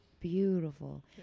beautiful